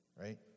right